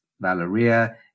valeria